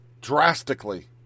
drastically